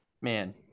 Man